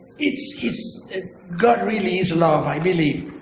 it is god really is love, i believe.